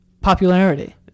Popularity